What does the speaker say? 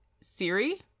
Siri